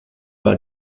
war